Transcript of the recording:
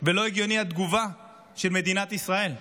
ולא הגיונית התגובה של מדינת ישראל.